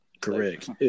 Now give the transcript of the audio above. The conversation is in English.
Correct